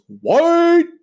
White